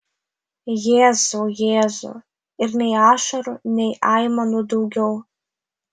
jėzau jėzau ir nei ašarų nei aimanų daugiau